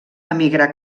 emigrar